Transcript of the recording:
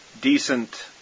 decent